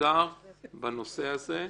מסודר בנושא הזה.